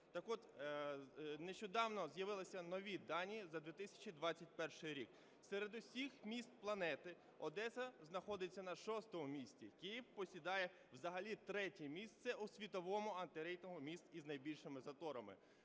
Так от, нещодавно з'явилися нові дані за 2021 рік. Серед усіх міст планети Одеса знаходиться на шостому місці, Київ посідає взагалі третє місце у світовому антирейтингу міст із найбільшими заторами.